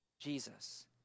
Jesus